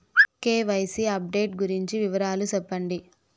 KYC update గురించి వివరాలు సెప్పండి?